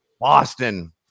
Boston